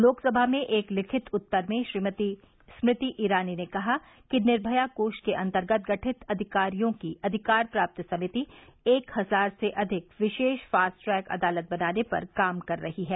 लोकसभा में एक लिखित उत्तर में श्रीमती स्मृति ईरानी ने कहा कि निर्मया कोष के अन्तर्गत गठित अधिकारियों की अधिकार प्राप्त समिति एक हजार से अधिक विशेष फास्ट ट्रैक अदालत बनाने पर काम कर रही है